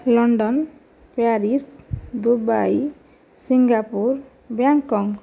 London Paris Dubai Singapore Bangkok